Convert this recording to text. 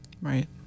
Right